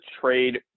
trade